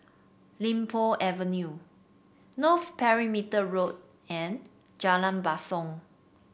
Li Po Avenue North Perimeter Road and Jalan Basong